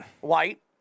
White